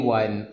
one